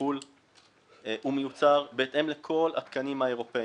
בחו"ל מיוצר בהתאם לכל התקנים האירופים,